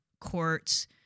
courts